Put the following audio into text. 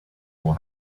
will